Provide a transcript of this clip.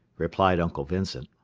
replied uncle vincent.